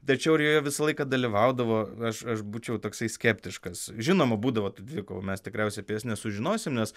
tačiau ar joje visą laiką dalyvaudavo aš aš būčiau toksai skeptiškas žinoma būdavo tų dvikovų mes tikriausiai nesužinosim nes